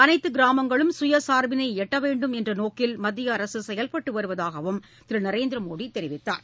அனைத்துகிராமங்களும் சுயசார்பினைஎட்டவேண்டும் என்றநோக்கில் மத்திய அரசுசெயல்பட்டுவருவதாகவும் திருநரேந்திரமோடிதெரிவித்தார்